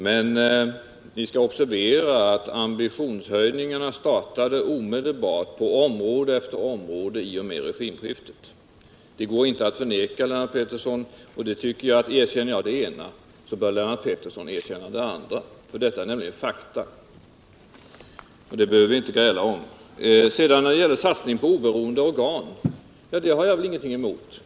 Men vi skall observera att ambitionshöjningarna startade omedelbart på område efter område i och med regimskiftet. Det går inte at förneka, Lennart Pettersson. Om jag erkänner det ena, så bör Lennart Pettersson erkänna det andra, för detta är fakta. Det behöver vi inte gräla om. Jag har ingenting emot satsning på oberoende organ.